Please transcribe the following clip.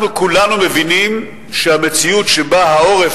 אנחנו כולנו מבינים שהמציאות שבה העורף